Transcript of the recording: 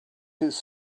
his